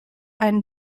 einen